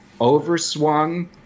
overswung